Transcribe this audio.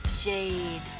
Jade